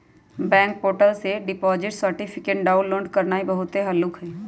bank portal से deposit certificate download करनाइ बहुते हल्लुक हइ